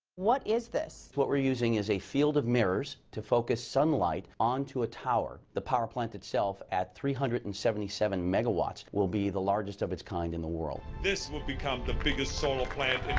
what is this? what we're using is a field of mirrors to focus sunlight onto a tower. the power plant itself, at three hundred and seventy seven megawatts, will be the largest of its kind in the world. this will become the biggest solar plant